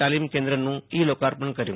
તાલીમ કેન્દ્રનું ઈ લોકાર્પણ કર્યું